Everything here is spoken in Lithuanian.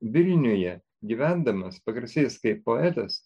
vilniuje gyvendamas pagarsėjęs kaip poetas